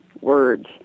words